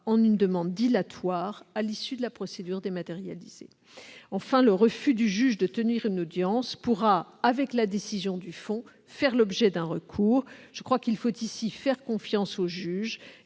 en une demande dilatoire, à l'issue de la procédure dématérialisée. Enfin, le refus du juge de tenir une audience pourra, avec la décision rendue au fond, faire l'objet d'un recours. Je crois qu'il faut faire confiance au juge.